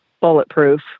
Bulletproof